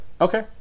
Okay